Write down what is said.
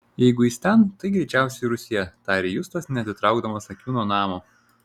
jeigu jis ten tai greičiausiai rūsyje tarė justas neatitraukdamas akių nuo namo